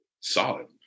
solid